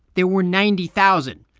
there were ninety thousand.